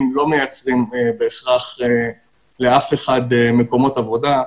לא מייצרים בהכרח לאף אחד מקומות עבודה.